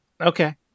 Okay